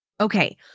Okay